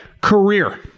career